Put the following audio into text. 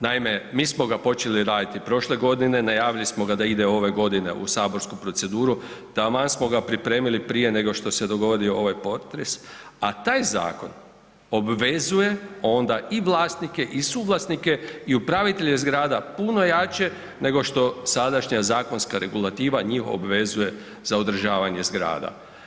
Naime, mi smo ga počeli radi prošle godine, najavili smo ga da ide ove godine u saborsku proceduru, taman smo ga pripremili prije nego što se dogodio ovaj potres, a taj zakon obvezuje onda i vlasnike i suvlasnike i upravitelje zgrada puno jače nego što sadašnja zakonska regulativa njih obvezuje za održavanje zgrada.